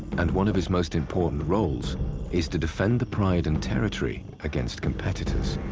and one of his most important roles is to defend the pride and territory against competitors.